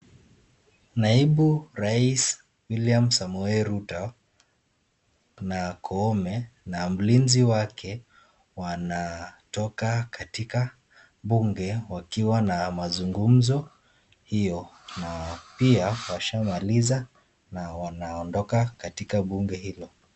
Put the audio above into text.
Naibu rais (William Samoe Ruto) na (Koome) na mlinzi wake wanatoka katika bunge wakiwa na mazungumzo hio, na pia washamaliza na wanaondoka katika bunge hilo.